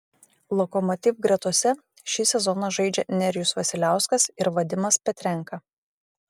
lokomotiv gretose šį sezoną žaidžia nerijus vasiliauskas ir vadimas petrenka